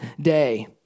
day